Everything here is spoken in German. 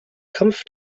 kampf